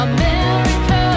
America